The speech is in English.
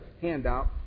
handout